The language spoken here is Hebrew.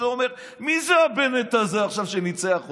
אומר: מי זה הבנט הזה עכשיו שניצח אותי?